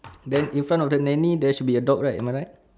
then in front of the nanny there should be a dog right am I right